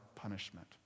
punishment